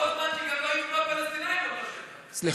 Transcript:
אבל כל זמן שגם לא יבנו הפלסטינים על השטח הזה.